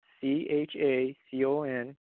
C-H-A-C-O-N